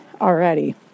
already